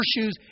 shoes